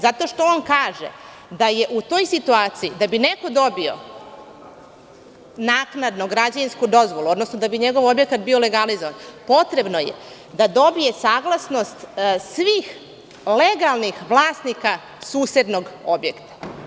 Zato što on kaže da je u toj situaciji, da bi neko dobio naknadno građevinsku dozvolu, odnosno da bi njegov objekat bio legalizovan, potrebno da dobije saglasnost svih legalnih vlasnika susednog objekta.